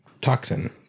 toxin